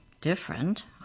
Different